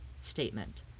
statement